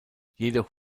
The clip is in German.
jedoch